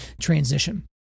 transition